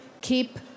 Keep